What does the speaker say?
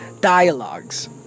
dialogues